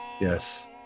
yes